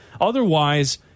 Otherwise